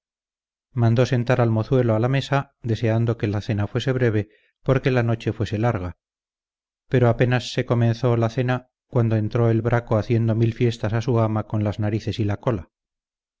mandó sentar al mozuelo a la mesa deseando que la cena fuese breve porque la noche fuese larga pero apenas se comenzó la cena cuando entró el braco haciendo mil fiestas a su ama con las narices y la cola